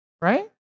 right